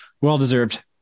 Well-deserved